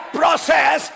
process